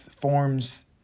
forms